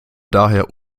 daher